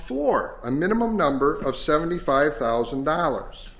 for a minimum number of seventy five thousand dollars